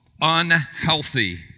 unhealthy